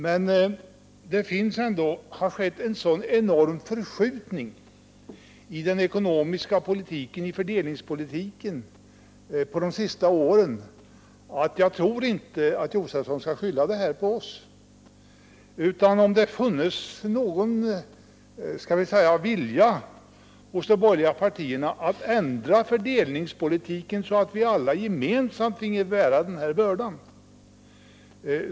Men det har skett en enorm förskjutning i fördelningspolitiken under de senaste åren. Jag tror inte Stig Josefson skall skylla det på oss. Det finns inte någon vilja hos de borgerliga partierna att ändra fördelningspolitiken så att vi alla gemensamt får bära den här bördan.